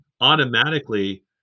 automatically